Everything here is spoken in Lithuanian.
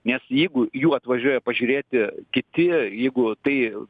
nes jeigu jų atvažiuoja pažiūrėti kiti jeigu tai